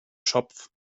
schopf